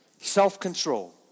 self-control